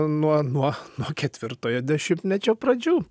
nuo nuo nuo ketvirtojo dešimtmečio pradžių